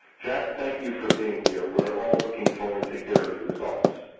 jack, thank you for being here. we're all looking forward to hearing the results.